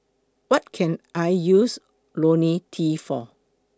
What Can I use Ionil T For